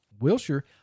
Wilshire